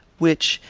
which,